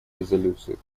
резолюции